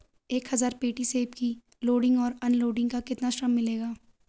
एक हज़ार पेटी सेब की लोडिंग और अनलोडिंग का कितना श्रम मिलेगा?